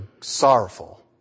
sorrowful